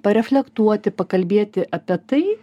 pareflektuoti pakalbėti apie tai